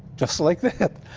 just like that.